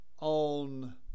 on